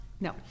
No